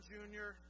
Junior